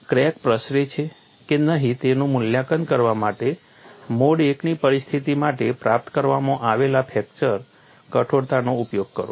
crack પ્રસરે છે કે નહીં તેનું મૂલ્યાંકન કરવા માટે મોડ I ની પરિસ્થિતિ માટે પ્રાપ્ત કરવામાં આવેલા ફ્રેક્ચર કઠોરતાનો ઉપયોગ કરો